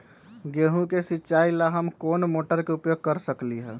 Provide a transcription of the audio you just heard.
गेंहू के सिचाई ला हम कोंन मोटर के उपयोग कर सकली ह?